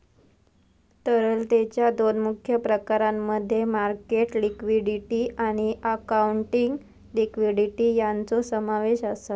तरलतेच्या दोन मुख्य प्रकारांमध्ये मार्केट लिक्विडिटी आणि अकाउंटिंग लिक्विडिटी यांचो समावेश आसा